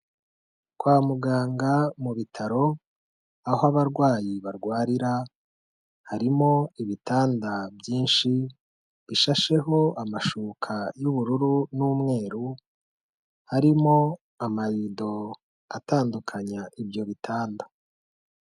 Kwa muganga, mu bitaro, aho abarwayi barwarira harimo ibitanda byinshi bishasheho amashuka y'ubururu n'umweru, harimo amarido atandukanya ibyo bitanda.